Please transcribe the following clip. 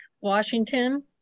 Washington